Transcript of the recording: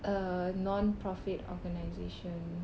a non-profit organisation